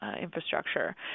infrastructure